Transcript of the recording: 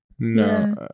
No